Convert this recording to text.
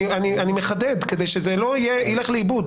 אני מחדד כדי שזה לא ילך לאיבוד